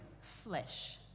flesh